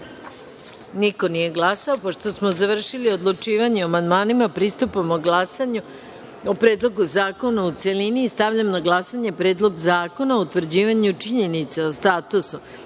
niko nije glasao. Pošto smo završili odlučivanje o amandmanima, pristupamo glasanju o Predlog zakona u celini. Stavljam na glasanje Zakon o utvrđivanju činjenica o statusu